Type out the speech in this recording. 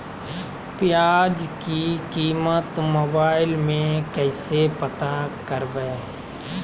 प्याज की कीमत मोबाइल में कैसे पता करबै?